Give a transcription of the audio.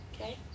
okay